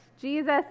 Jesus